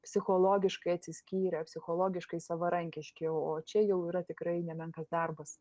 psichologiškai atsiskyrę psichologiškai savarankiški o čia jau yra tikrai nemenkas darbas